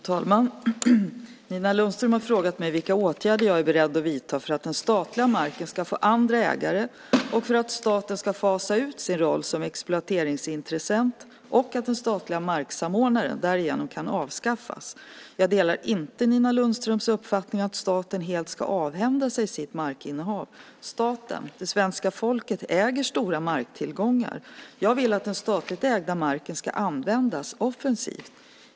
Fru talman! Nina Lundström har frågat mig vilka åtgärder jag är beredd att vidta för att den statliga marken ska få andra ägare, för att staten ska fasa ut sin roll som exploateringsintressent och för att den statliga marksamordnaren därigenom ska kunna avskaffas. Jag delar inte Nina Lundströms uppfattning att staten helt ska avhända sig sitt markinnehav. Staten - det svenska folket - äger stora marktillgångar. Jag vill att den statligt ägda marken ska användas offensivt.